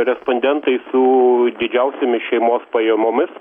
respondentai su didžiausiomis šeimos pajamomis